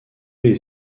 les